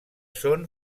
són